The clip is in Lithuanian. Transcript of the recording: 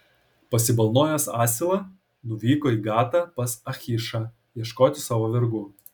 pasibalnojęs asilą nuvyko į gatą pas achišą ieškoti savo vergų